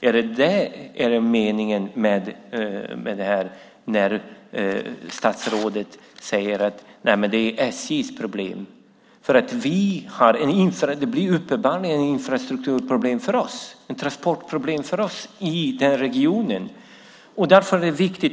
Är det meningen när statsrådet säger: Det är SJ:s problem? Det blir uppenbarligen ett infrastrukturproblem och ett transportproblem för oss i regionen.